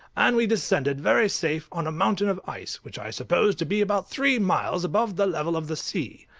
and we descended very safe on a mountain of ice, which i supposed to be about three miles above the level of the sea.